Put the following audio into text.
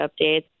updates